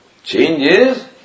Changes